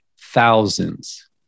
thousands